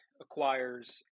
acquires